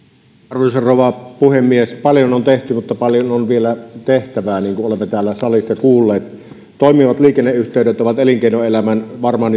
arvoisa rouva puhemies paljon on tehty mutta paljon on vielä tehtävää niin kuin olemme täällä salissa kuulleet toimivat liikenneyhteydet ovat varmaan